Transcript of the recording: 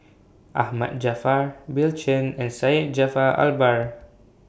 Ahmad Jaafar Bill Chen and Syed Jaafar Albar